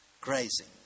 Grazing